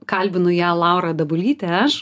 kalbinu ją laura dabulytė aš